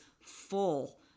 full